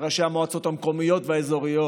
לראשי המועצות המקומיות והאזוריות.